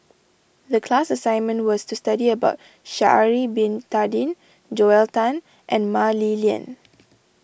the class assignment was to study about Sha'ari Bin Tadin Joel Tan and Mah Li Lian